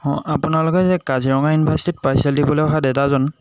অঁ আপোনালোকে যে কাজিৰঙা ইউনিভাৰ্ছিটিত পাৰ্চেল দিবলৈ অহা দেদাজন